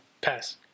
pass